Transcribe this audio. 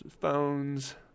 phones